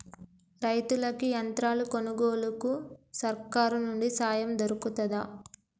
రైతులకి యంత్రాలు కొనుగోలుకు సర్కారు నుండి సాయం దొరుకుతదా?